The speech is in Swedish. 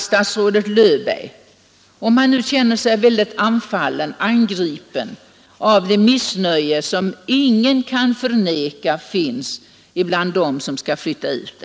Statsrådet Löfberg känner sig tydligen angripen av det missnöje som ingen kan förneka finns bland dem som skall flytta ut.